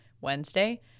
Wednesday